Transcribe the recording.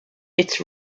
its